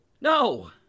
No